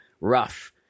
rough